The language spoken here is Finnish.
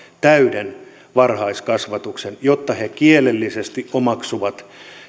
täyden varhaiskasvatuksen jotta he kielellisesti omaksuvat